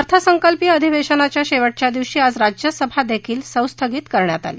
अर्थसंकल्पीय अधिवेशनाच्या शेवटच्या दिवशी आज राज्यसभादेखील संस्थगित करण्यात आली